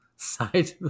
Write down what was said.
side